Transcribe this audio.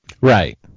Right